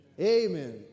Amen